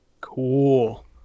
Cool